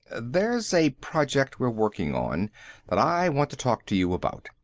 there's a project we're working on that i want to talk to you about.